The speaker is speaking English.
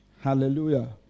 Hallelujah